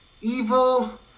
evil